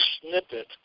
snippet